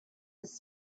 his